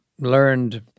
learned